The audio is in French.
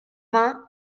vingt